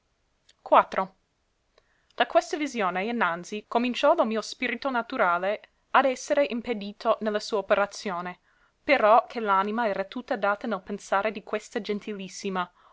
poi a questa visione innanzi cominciò lo mio spirito naturale ad essere impedito ne la sua operazione però che l'anima era tutta data nel pensare di questa gentilissima